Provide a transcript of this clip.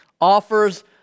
offers